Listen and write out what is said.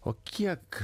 o kiek